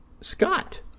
Scott